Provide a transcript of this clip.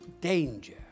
danger